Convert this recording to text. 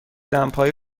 دمپایی